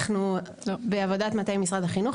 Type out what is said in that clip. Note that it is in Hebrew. אנחנו בעבודת מטה עם משרד החינוך.